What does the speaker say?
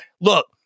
look